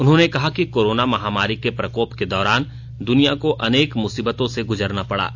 उन्होंने कहा कि कोरोना महामारी के प्रकोप के दौरान दुनिया को अनेक मुसीबतों से गुजरना पड़ा